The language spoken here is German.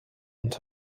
und